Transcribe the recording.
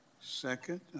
second